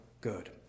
good